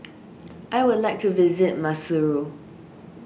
I would like to visit Maseru